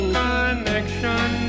connection